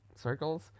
Circles